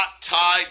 tied